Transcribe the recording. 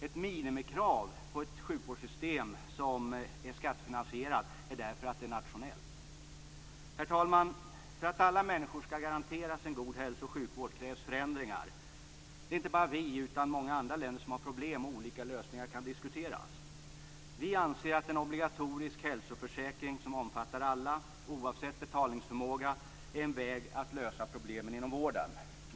Ett minimikrav på ett sjukvårdssystem som är skattefinansierat är därför att det är nationellt. Herr talman! För att alla människor skall garanteras en god hälso och sjukvård krävs förändringar. Det är inte bara vi som har problem, utan även många andra länder, och olika lösningar kan diskuteras. Vi anser att en obligatorisk hälsoförsäkring som omfattar alla oavsett betalningsförmåga är en väg att lösa problemen inom vården.